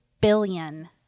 billion